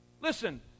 Listen